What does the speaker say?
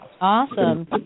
Awesome